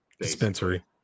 Dispensary